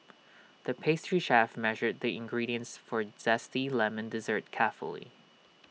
the pastry chef measured the ingredients for A Zesty Lemon Dessert carefully